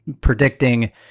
predicting